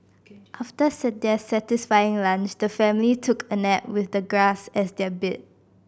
after their satisfying lunch the family took a nap with the grass as their bed